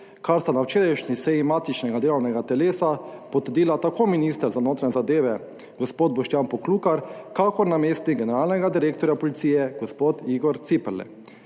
kar sta na včerajšnji seji matičnega delovnega telesa potrdila tako minister za notranje zadeve, gospod Boštjan Poklukar, kakor namestnik generalnega direktorja policije, gospod Igor Ciperle.